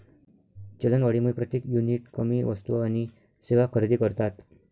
चलनवाढीमुळे प्रत्येक युनिट कमी वस्तू आणि सेवा खरेदी करतात